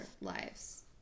lives